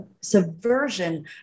subversion